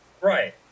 Right